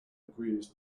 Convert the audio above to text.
agrees